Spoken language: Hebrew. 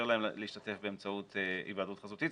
להם להשתתף באמצעות היוועדות חזותית,